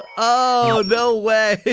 ah ah no way.